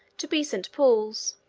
to be saint paul's.